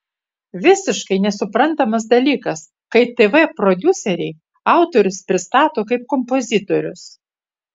visiškai nesuprantamas dalykas kai tv prodiuseriai autorius pristato kaip kompozitorius